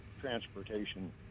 transportation